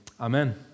Amen